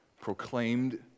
proclaimed